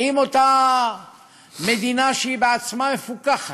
האם אותה מדינה, שהיא בעצמה מפוקחת,